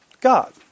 God